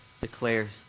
declares